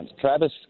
Travis